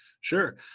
Sure